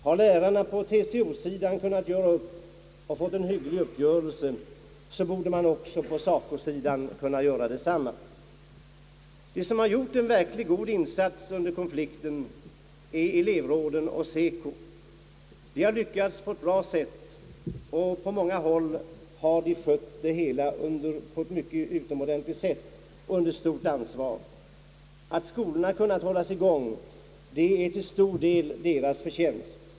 Har lärarna på TCO-sidan kunnat göra upp och fått en hygglig uppgörelse så borde man också på SACO-sidan ha kunnat göra detsamma. De som gjort en verkligt god insats under konflikten är elevråden och SECO. De har lyckats bra, och på de flesta håll har de skött det hela på ett utomordentligt sätt under stort ansvar. Att skolorna kunnat hållas i gång är till stor del deras förtjänst.